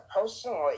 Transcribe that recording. personally